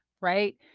right